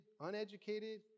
uneducated